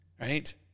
right